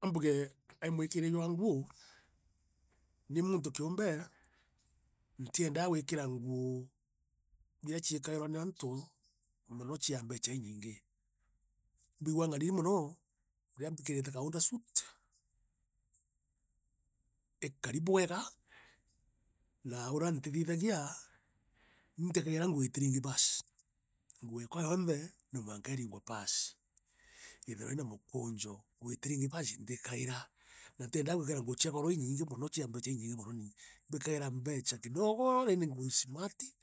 Ambuge, mwikire jwa nguo ni muntu kiumbe, ntiendaa wikira nguo ira ciikairwa ni antu mono cia mbecha iinyingi. Imbigagua nganiri mono riria mbikirite kaunda suit ikari bwega, na uria ntithithagia, ni niikaira nguo itiringi basi. Nguo yaakwa yonthe, no mwanka iringwe pasi. Iithirwe iina mukunjo. Nguo itiringi basi ntiikaira. Na ntiendaa wikira nguo cia goro iinyingi mono cia mbecha iinyingi mono nii. Mbikaira mbecha kidogoo iindi nguo simati,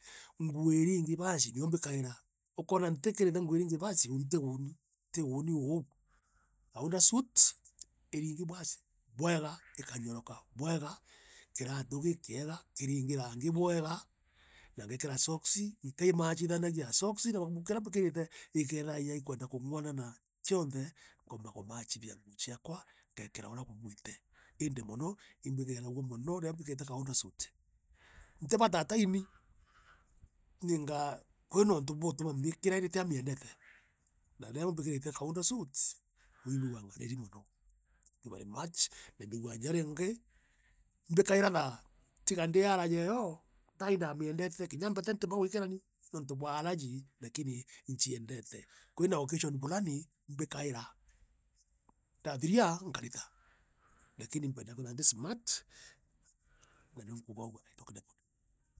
nguo iringi basi nio mbikaira. Ukoona ntiikirite nguo iriingi basi uuni nti uuni, ti uuni oou Kaunda suti, iringi basi bwega, ikanyoroka bwega, kiratu kiikiega, kiringi rangi bwega. na ngeekira soksi. nkiimatchithinagia na soksi, kiratu kiria mbikirite, ikeethia ija gikwenda unguanana kionthe nkoomba kumatchithia nguo ciakwa ngeekira uria kubwite. Iindi mono ingwiragua mono riria mbikirite kaunda suit. Nti bata aa tai nii ninga kwina uuntu bwa utuma miikira iindi tia miendete. Na riria mbikirite kaunda suit mbigagua nganiri mono, thank you very much, na imbigagua inya riingi imbikaira thaa, tia ndi allergy eyo, thaa indamiendete, kinya mbete ntiumbaa wiikira ni niuntu bwa allergy, lakini inciendete. Kwina ocassion fulani, imbikaira, ndaathiria, nkarita lakini impendaa kwithirwa ndi smart